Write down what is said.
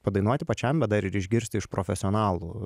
padainuoti pačiam bet dar ir išgirsti iš profesionalų